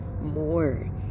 more